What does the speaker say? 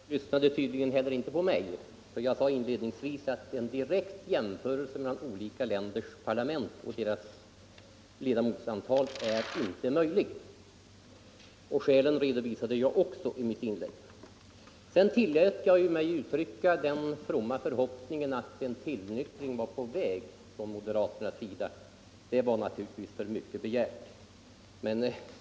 Herr talman! Herr Björck i Nässjö lyssnade tydligen inte på mig, för — gor jag sade inledningsvis att en direkt jämförelse mellan olika länders parlament och deras ledamotsantal inte är möjlig. Skälen redovisade jag också i mitt inlägg. Sedan tillät jag mig uttrycka den fromma förhoppningen att en tillnyktring var på väg bland moderaterna, men det var naturligtvis för mycket begärt.